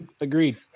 Agreed